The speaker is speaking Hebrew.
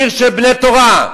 עיר של בני תורה.